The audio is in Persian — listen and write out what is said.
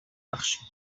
بخشیم